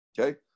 Okay